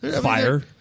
Fire